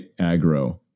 aggro